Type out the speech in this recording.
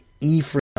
Ephraim